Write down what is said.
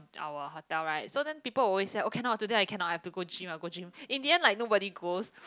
our hotel right so then people will always say oh cannot today I cannot I have to go gym I have to go gym in the end like nobody goes